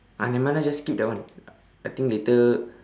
ah nevermind lah just skip that one I think later